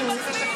אתה צודק, השר.